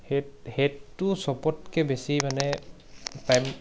সেই সেইটো চবতকৈ বেছি মানে টাইম